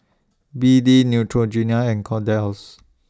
B D Neutrogena and Kordel's House